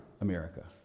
America